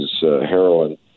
heroin